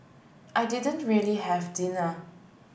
I didn't really have dinner